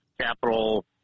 Capital